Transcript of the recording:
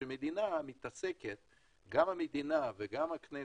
כשגם המדינה, גם הכנסת,